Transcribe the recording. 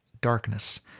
darkness